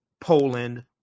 Poland